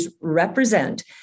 represent